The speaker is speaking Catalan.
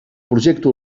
projecte